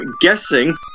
guessing